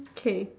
K